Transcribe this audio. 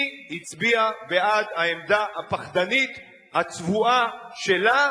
היא הצביעה בעד העמדה הפחדנית הצבועה שלה,